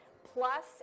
plus